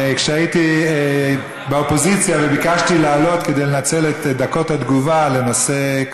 כשהייתי באופוזיציה וביקשתי לעלות כדי לנצל את דקות התגובה לנושא אחר,